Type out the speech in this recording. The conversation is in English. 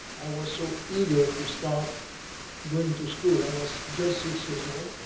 i was so eager to start going to school. i was just six years old.